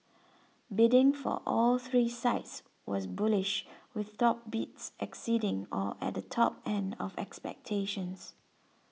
bidding for all three sites was bullish with top bids exceeding or at the top end of expectations